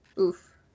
oof